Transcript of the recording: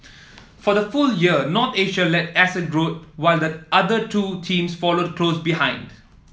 for the full year North Asia led asset growth while the other two teams followed close behind